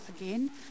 again